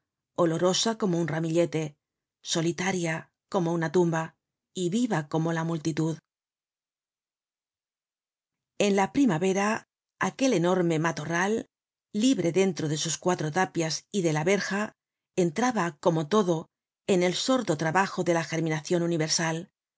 olorosa como un ramillete solitaria como una tumba y viva como la multitud content from google book search generated at en la primavera aquel enorme matorral libre dentro de sus cuatro tapias y de la verja entraba como todo en el sordo trabajo de la germinacion universal